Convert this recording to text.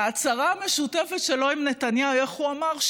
ההצהרה המשותפת שלו עם נתניהו, איך הוא אמר?